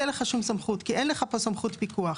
כי אין לך פה סמוכת פיקוח.